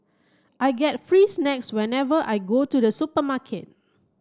I get free snacks whenever I go to the supermarket